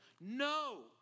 no